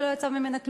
שלא יצא ממנה כלום,